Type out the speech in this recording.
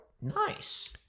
Nice